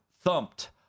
thumped